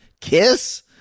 Kiss